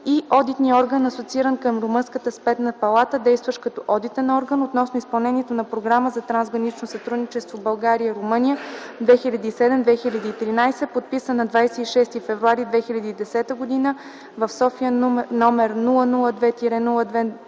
и Одитния орган (асоцииран към румънската Сметна палата), действащ като Одитен орган, относно изпълнението на Програмата за трансгранично сътрудничество България – Румъния 2007-2013 г., подписан на 26 февруари 2010 г. в гр. София, № 002-02-29,